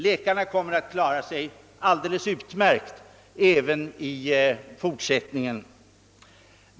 Läkarna kommer att klara sig alldeles utmärkt även i fortsättningen.